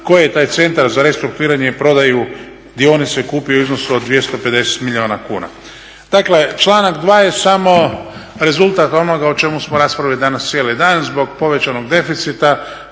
koji je taj Centar za restrukturiranje i prodaju dionice kupio u iznosu od 250 milijuna kuna? Dakle, članak 2. je samo rezultat onoga o čemu smo raspravljali danas cijeli dan. Zbog povećanog deficita